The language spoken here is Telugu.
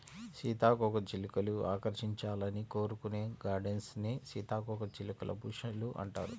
సీతాకోకచిలుకలు ఆకర్షించాలని కోరుకునే గార్డెన్స్ ని సీతాకోకచిలుక బుష్ లు అంటారు